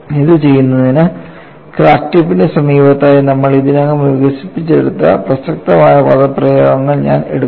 ഇത് ചെയ്യുന്നതിന് ക്രാക്ക് ടിപ്പിന് സമീപത്തായി നമ്മൾ ഇതിനകം വികസിപ്പിച്ചെടുത്ത പ്രസക്തമായ പദപ്രയോഗങ്ങൾ ഞാൻ എടുക്കുന്നു